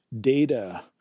data